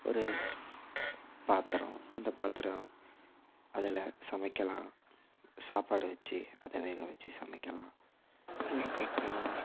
ஒரு பாத்திரம் அந்த பாத்திரம் அதில் சமைக்கலாம் சாப்பாடு வச்சு அதை வேக வச்சு சமைக்கலாம் அதுக்கப்புறம்